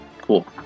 Cool